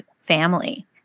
family